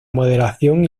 moderación